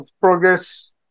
progress